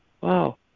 Wow